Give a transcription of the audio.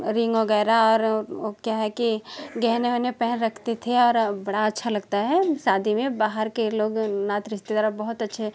ring वगैरह और वो क्या है कि गहने वेहने पहन रखती थी और बड़ा अच्छा लगता है शादी में बाहर के लोग नाते रिश्ते वहाँ बहुत अच्छे